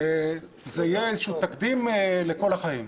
זה יהיה איזשהו תקדים לכל החיים.